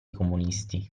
comunisti